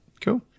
Cool